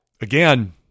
again